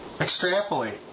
extrapolate